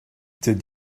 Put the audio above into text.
did